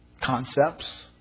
Concepts